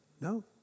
No